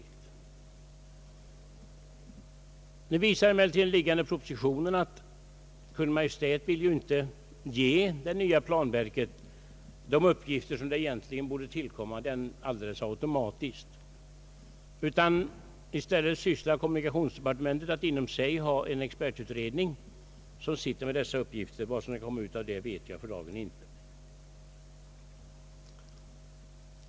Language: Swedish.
Den föreliggande propositionen visar emellertid att Kungl. Maj:t inte vill ge det nya planverket de uppgifter som egentligen alldeles automatiskt borde ankomma på det utan i stället syftar till att inom kommunikationsdepartementet ha en expertutredning för dessa frågor. Vad som skall bli resultatet av detta vet jag för dagen inte.